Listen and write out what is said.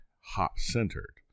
hop-centered